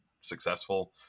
successful